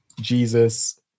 jesus